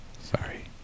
Sorry